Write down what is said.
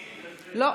גברתי,